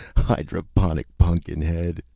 hydroponic pun'kin-head